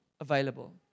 available